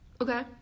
okay